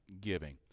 giving